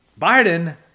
Biden